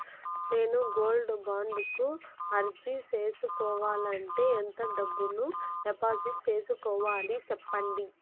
నేను gold bond కు అర్జీ సేసుకోవాలంటే ఎంత డబ్బును డిపాజిట్లు సేసుకోవాలి సెప్పండి